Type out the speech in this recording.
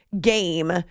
game